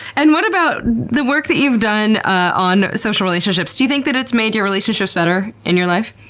and what about the work that you've done on social relationships? do you think that it's made your relationships better in your life?